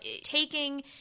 taking –